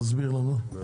תסביר לנו.